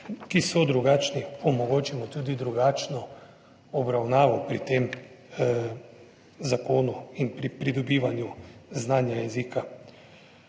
ki so drugačni, omogočimo tudi drugačno obravnavo pri tem zakonu in pri pridobivanju znanja jezika.